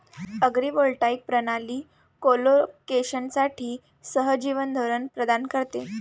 agrivoltaic प्रणाली कोलोकेशनसाठी सहजीवन धोरण प्रदान करते